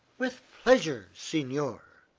with pleasure, signore.